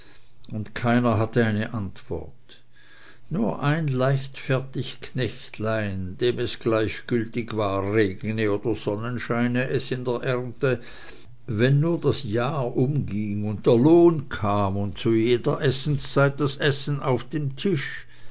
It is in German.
und keiner hatte eine antwort nur ein leichtfertig knechtlein dem es gleichgültig war regne oder sonnenscheine es in der ernte wenn nur das jahr umging und der lohn kam und zu jeder essenszeit das essen auf den tisch